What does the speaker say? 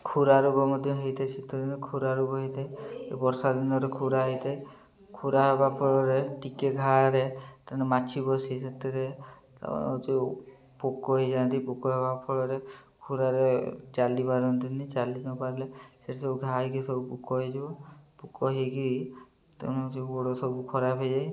ଖୁରା ରୋଗ ମଧ୍ୟ ହେଇଥାଏ ଶୀତଦିନ ଖୁରା ରୋଗ ହେଇଥାଏ ବର୍ଷା ଦିନରେ ଖୁରା ହେଇଥାଏ ଖୁରା ହବା ଫଳରେ ଟିକେ ଘା ରେ ତେଣୁ ମାଛି ବସି ସେଥିରେ ଯେଉଁ ପୋକ ହେଇଯାଆନ୍ତି ପୋକ ହେବା ଫଳରେ ଖୁରାରେ ଚାଲି ପାରନ୍ତିନି ଚାଲି ନ ପାରିଲେ ସେଇଠି ସବୁ ଘା ହେଇକି ସବୁ ପୋକ ହେଇଯିବ ପୋକ ହେଇକି ତେଣୁ ଯେଉଁ ଗୋଡ଼ ସବୁ ଖରାପ ହେଇଯାଏ